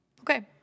Okay